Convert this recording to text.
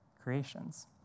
creations